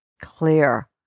clear